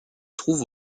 trouve